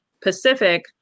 Pacific